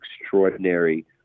extraordinary